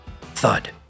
Thud